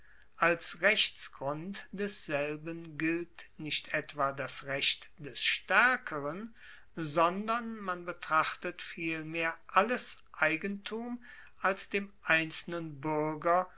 als rechtsgrund desselben gilt nicht etwa das recht des staerkeren sondern man betrachtet vielmehr alles eigentum als dem einzelnen buerger